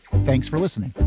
thanks for listening